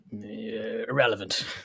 irrelevant